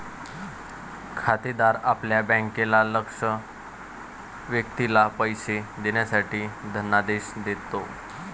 खातेदार आपल्या बँकेला लक्ष्य व्यक्तीला पैसे देण्यासाठी धनादेश देतो